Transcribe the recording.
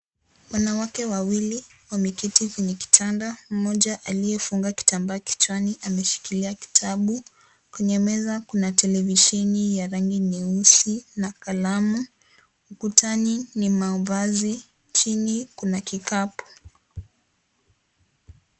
Wanawake wawili wameketi kwenye kitanda mmoja aliyefunga kitambaa kichwani ameshikilia kitabu. Kwenye meza kuna tellevisheni ya rangi nyeusi na kalamu ukutani ni mavazi chini kuna kikapu,